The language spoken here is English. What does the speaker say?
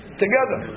together